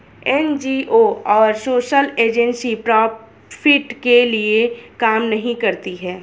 NGO और social agency profit के लिए काम नहीं करती है